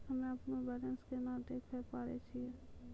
हम्मे अपनो बैलेंस केना देखे पारे छियै?